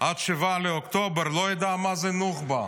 עד 7 באוקטובר לא ידע מה זה נוח'בה.